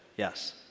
Yes